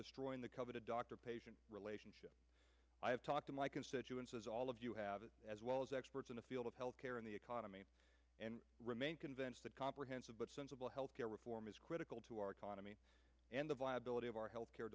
destroying the coveted doctor patient relationship i have talk to my constituents as all of you have it as well as experts in the field of health care and the economy and remain convinced that comprehensive but sensible health care reform is critical to our economy and the viability of our health care